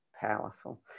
powerful